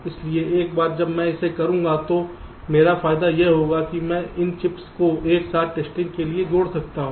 इसलिए एक बार जब मैं इसे करूंगा तो मेरा फायदा यह होगा कि मैं इन चिप्स को एक साथ टेस्टिंग के लिए जोड़ सकता हूं